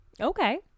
Okay